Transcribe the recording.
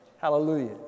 Hallelujah